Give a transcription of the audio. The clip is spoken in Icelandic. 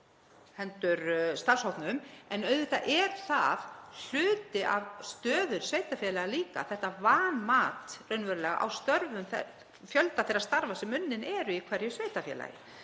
höndum starfshópsins. En auðvitað er það hluti af stöðu sveitarfélaga líka þetta vanmat raunverulega á fjölda þeirra starfa sem unninn er í hverju sveitarfélagi.